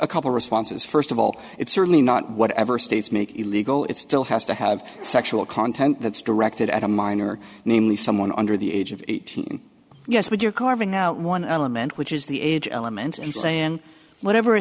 a couple responses first of all it's certainly not whatever states make it illegal it still has to have sexual content that's directed at a minor namely someone under the age of eighteen yes but you're carving out one element which is the age element and saying whatever